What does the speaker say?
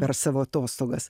per savo atostogas